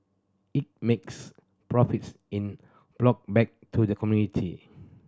it makes profits in ploughed back to the community